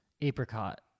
Apricot